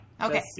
Okay